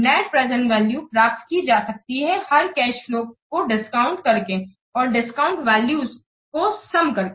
net present value प्राप्त की जा सकती है हर कैश फ्लो को डिस्काउंट करके और डिस्काउंटेड वैल्यूज को सम करके